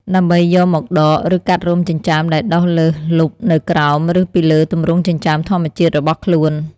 ដើម្បីយកមកដក ឬកាត់រោមចិញ្ចើមដែលដុះលើសលប់នៅក្រោម ឬពីលើទម្រង់ចិញ្ចើមធម្មជាតិរបស់ខ្លួន។